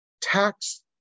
tax